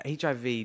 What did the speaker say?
HIV